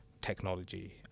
technology